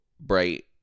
bright